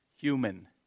human